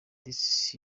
this